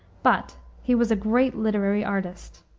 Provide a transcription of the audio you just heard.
but he was a great literary artist.